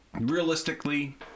realistically